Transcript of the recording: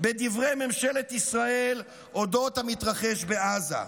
בדברי ממשלת ישראל על אודות המתרחש בעזה,